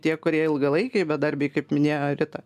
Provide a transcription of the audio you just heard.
tie kurie ilgalaikiai bedarbiai kaip minėjo rita